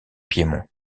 piémont